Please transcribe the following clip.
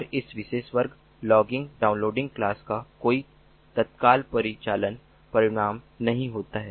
और यह विशेष वर्ग लॉगिंग डाउनलोडिंग क्लास का कोई तत्काल परिचालन परिणाम नहीं होता है